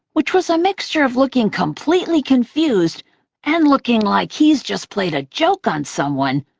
which was a mixture of looking completely confused and looking like he's just played a joke on someone,